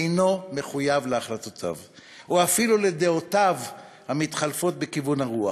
אינו מחויב להחלטותיו ואפילו לדעותיו המתחלפות בכיוון הרוח.